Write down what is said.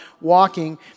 walking